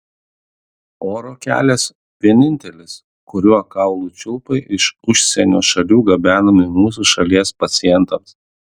oro kelias vienintelis kuriuo kaulų čiulpai iš užsienio šalių gabenami mūsų šalies pacientams